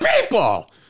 people